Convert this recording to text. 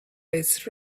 less